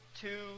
two